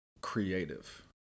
creative